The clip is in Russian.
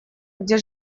где